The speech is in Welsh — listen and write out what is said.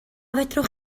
fedrwch